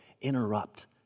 interrupt